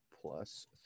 plus